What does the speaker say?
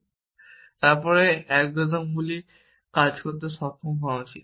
এবং তারপরে অ্যালগরিদমগুলি কাজ করতে সক্ষম হওয়া উচিত